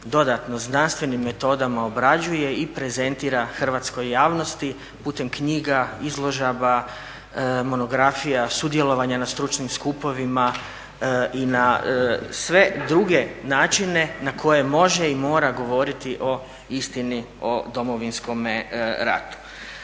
dodatno znanstvenim metodama obrađuje i prezentira hrvatskoj javnosti putem knjiga, izložaba, monografijama, sudjelovanja na stručnim skupovima i na sve druge načine na koje može i mora govoriti o istini o Domovinskome ratu.